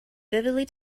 vividly